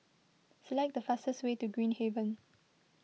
select the fastest way to Green Haven